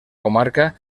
comarca